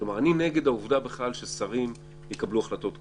אני נגד העובדה ששרים יקבלו החלטות כאלה,